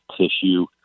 tissue